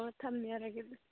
ꯑꯣ ꯊꯝꯖꯔꯒꯦ ꯑꯗꯨꯗꯤ